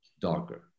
darker